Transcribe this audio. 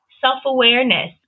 self-awareness